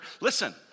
Listen